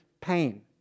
pain